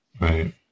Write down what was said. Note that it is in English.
Right